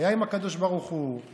היה עם הקדוש ברוך הוא,